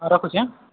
ହଁ ରଖୁଛି ଆଁ